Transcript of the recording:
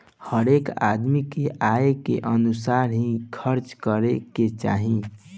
हरेक आदमी के आय के अनुसार ही खर्चा करे के चाही